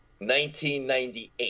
1998